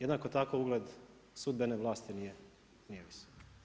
Jednako tako ugled sudbene vlasti nije visok.